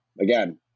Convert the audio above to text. again